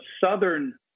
southern